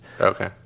Okay